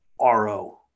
RO